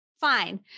fine